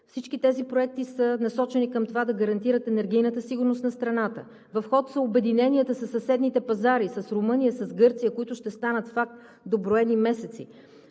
Всички тези проекти са насочени към това да гарантират енергийната сигурност на страната. В ход са обединенията със съседните пазари – с Румъния, с Гърция, които ще станат факт до броени месеци.